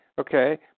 Okay